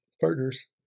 partners